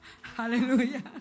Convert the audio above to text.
Hallelujah